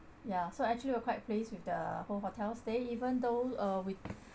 ya so actually we're quite pleased with the whole hotel stay even though uh we